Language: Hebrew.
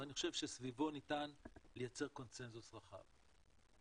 ואני חושב שסביבו ניתן לייצר קונצנזוס רחב.